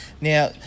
Now